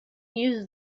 use